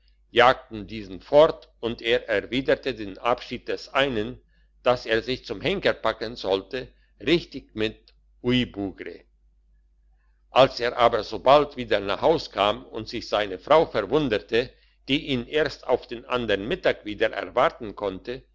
jagten diesen fort und er erwiderte den abschied des einen dass er sich zum henker packen sollte richtig mit oui bougre als er aber so bald wieder nach haus kam und sich seine frau verwunderte die ihn erst auf den andern mittag wieder erwarten konnte